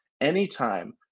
anytime